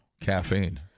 caffeine